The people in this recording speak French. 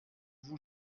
vous